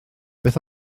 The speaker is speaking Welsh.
beth